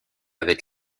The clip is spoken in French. avec